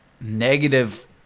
negative